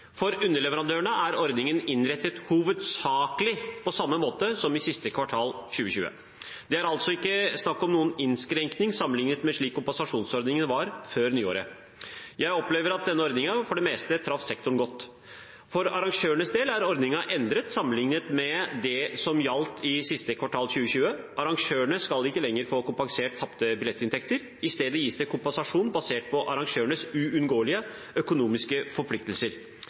For underleverandørene er ordningen innrettet hovedsakelig på samme måte som i siste kvartal 2020. Det er altså ikke snakk om noen innskrenkning sammenliknet med slik kompensasjonsordningen var før nyttår. Jeg opplever at denne ordningen for det meste traff sektoren godt. For arrangørenes del er ordningen endret sammenliknet med det som gjaldt i siste kvartal 2020. Arrangørene skal ikke lenger få kompensert tapte billettinntekter. I stedet gis det kompensasjon basert på arrangørenes unngåelige økonomiske forpliktelser.